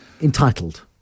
entitled